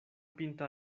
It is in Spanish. pinta